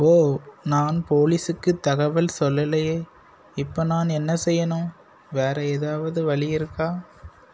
ஓ நான் போலீஸுக்கு தகவல் சொல்லலையே இப்போ நான் என்ன செய்யணும் வேற எதாவது வழி இருக்கா